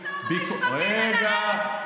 אשת שר המשפטים מנהלת,